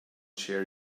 share